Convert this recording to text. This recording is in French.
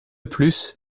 plus